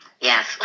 Yes